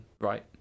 right